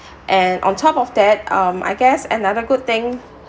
and on top of that um I guess another good thing